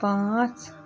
پانٛژھ